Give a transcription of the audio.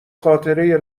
خاطره